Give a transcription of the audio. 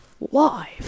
Live